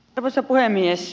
arvoisa puhemies